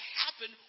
happen